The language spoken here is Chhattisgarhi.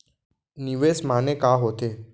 निवेश माने का होथे?